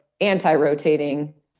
anti-rotating